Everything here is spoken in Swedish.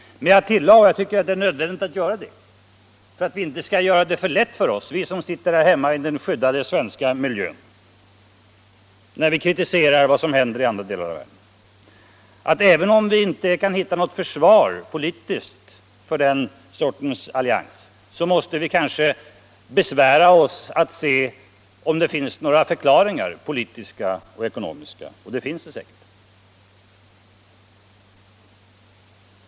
Men jag tillade — jag tyckte inte vi skall göra det för lätt för oss när vi kritiserar vad som händer i andra delar av världen — att även om vi inte kan hitta något försvar för den sortens allians måste vi kanske besvära oss med att se om det finns några politiska och ekonomiska förklaringar. Och det finns det säkert.